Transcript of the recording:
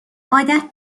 عادت